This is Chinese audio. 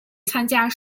参加